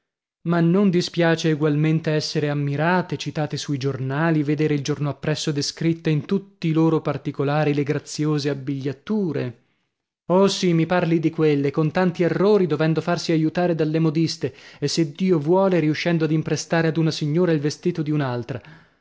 ma non dispiace egualmente essere ammirate citate sui giornali vedere il giorno appresso descritte in tutti i loro particolari le graziose abbigliature oh sì mi parli di quelle con tanti errori dovendo farsi aiutare dalle modiste e se dio vuole riuscendo ad imprestare ad una signora il vestito di un'altra